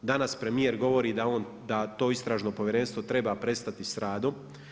Danas premijer govori da on, da to istražno povjerenstvo treba prestati sa radom.